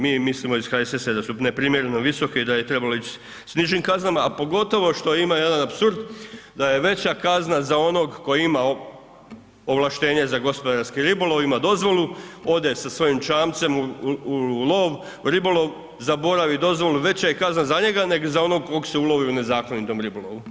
Mi mislimo iz HSS-a da su neprimjereno visoke i da je trebalo ići s nižim kaznama, a pogotovo što ima jedan apsurd, da je veća kazna za onog koji ima ovlaštenje za gospodarski ribolov, ima dozvolu, ode sa svojim čamcem u lov, ribolov, zaboravi dozvolu, veća je kazna za njega nego za onog kog se ulovi u nezakonitom ribolovu.